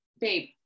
Babe